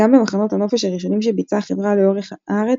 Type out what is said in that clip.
גם במחנות הנופש הראשונים שביצעה החברה לאורך הארץ,